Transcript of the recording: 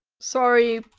sorry,